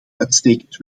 uitstekend